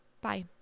Bye